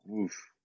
oof